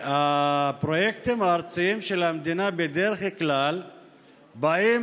והפרויקטים הארציים של המדינה בדרך כלל באים